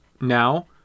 now